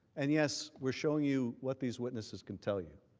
and yes, we are showing you what these witnesses could tell you.